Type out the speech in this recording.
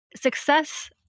Success